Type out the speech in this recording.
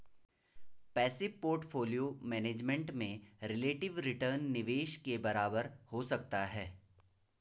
passive portfolio management में relative return निवेश के बराबर हो सकता है